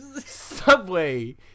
Subway